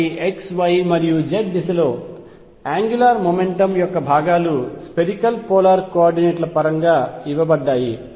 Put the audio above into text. కాబట్టి x y మరియు z దిశలో యాంగ్యులార్ మెకానిక్స్ యొక్క భాగాలు స్పెరికల్ పోలార్ కోఆర్డినేట్ ల పరంగా ఇవ్వబడ్డాయి